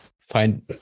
find